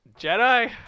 jedi